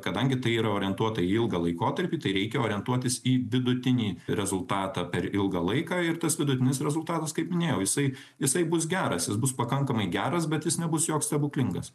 kadangi tai yra orientuota į ilgą laikotarpį tai reikia orientuotis į vidutinį rezultatą per ilgą laiką ir tas vidutinis rezultatas kaip minėjau jisai jisai bus geras jis bus pakankamai geras bet jis nebus joks stebuklingas